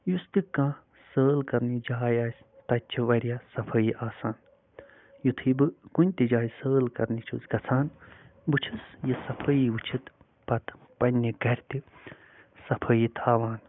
یُس تہِ کانہہ سٲل کرنٕچ جاے آسہِ تَتہِ چھِ واریاہ صفٲیہِ آسان یِ تھُے بہٕ کُنہِ تہِ جایہِ سٲل کرنہِ چھُس گژھان بہٕ چھُس یہِ صفٲیہِ وُچھِتھ پَتہٕ پَنٕنہِ گرِ تہِ صفٲیہِ تھاوان